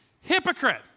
Hypocrite